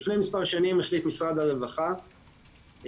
לפני מסר שנים החליט משרד הרווחה ממקורותיו